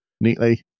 neatly